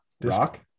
rock